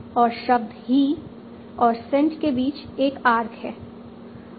और शब्द ही और सेंट के बीच एक आर्क है